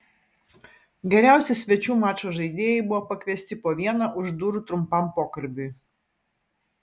geriausi svečių mačo žaidėjai buvo pakviesti po vieną už durų trumpam pokalbiui